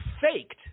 faked